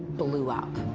blew up.